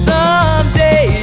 Someday